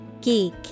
Geek